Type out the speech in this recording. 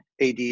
AD